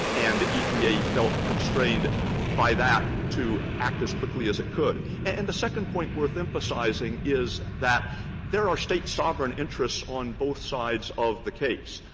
and epa felt constrained by that to act as quickly as it could. and the second point worth emphasizing is that there are state sovereign interests on both sides of the case.